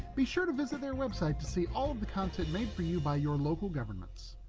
be sure to visit their website to see all of the content made for you by your local governments.